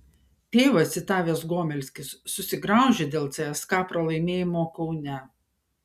tėvą citavęs gomelskis susigraužė dėl cska pralaimėjimo kaune